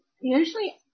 Usually